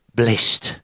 blessed